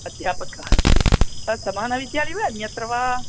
अध्यापकः अस्ति तत् समानरीत्या एव अन्यत्र वा